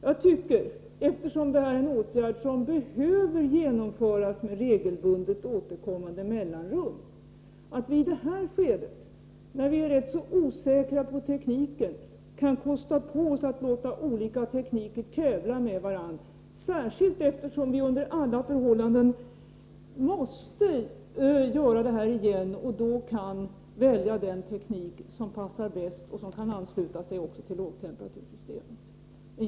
Eftersom det här rör sig om en åtgärd som behöver vidtas med regelbundet återkommande intervall, tycker jagatt viidet här skedet, när vi är rätt osäkra beträffande tekniken, kan kosta på oss att låta olika tekniker tävla med varandra, särskilt eftersom vi under alla förhållanden måste göra om det hela. Då kan vi välja den teknik som passar bäst och som också kan anslutas till lågtemperatursystemet.